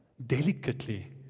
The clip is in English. delicately